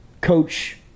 coach